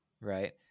right